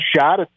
shot